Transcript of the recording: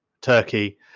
Turkey